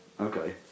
okay